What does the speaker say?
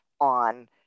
on